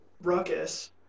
ruckus